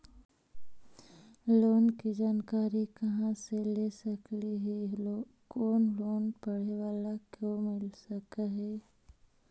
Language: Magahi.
लोन की जानकारी कहा से ले सकली ही, कोन लोन पढ़े बाला को मिल सके ही?